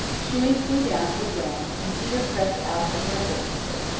chewink flew down to the ground and peter crept out of the bramble-tangle.